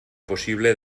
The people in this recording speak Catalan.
possible